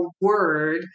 word